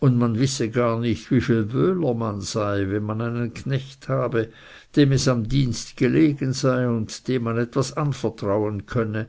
und man wisse gar nicht wie viel wöhler man sei wenn man einen knecht habe dem es am dienst gelegen sei und dem man etwas anvertrauen könne